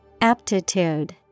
Aptitude